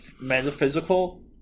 metaphysical